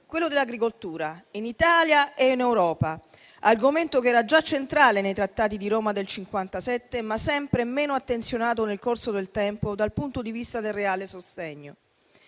quello dell'agricoltura in Italia e in Europa; argomento che era già centrale nei Trattati di Roma del 1957, ma sempre meno attenzionato nel corso del tempo dal punto di vista del reale sostegno.